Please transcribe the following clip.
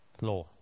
law